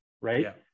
right